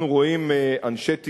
אנחנו רואים אנשי תקשורת,